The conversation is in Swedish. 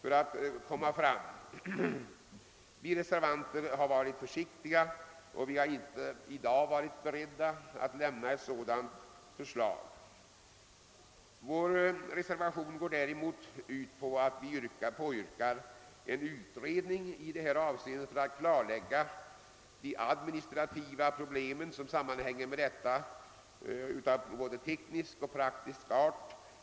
Vi har emellertid varit försiktiga och är inte beredda att i dag lägga fram ett sådant förslag. Däremot påyrkar vi en utredning för att klarlägga de administrativa problem av både teknisk och praktisk art som uppkommer i detta sammanhang.